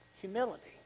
Humility